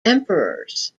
emperors